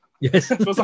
Yes